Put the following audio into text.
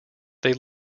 they